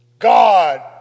God